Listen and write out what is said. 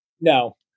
No